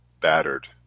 battered